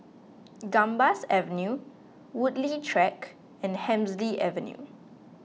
Gambas Avenue Woodleigh Track and Hemsley Avenue